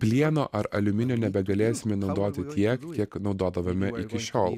plieno ar aliuminio nebegalėsime naudoti tiek kiek naudodavome iki šiol